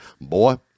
boy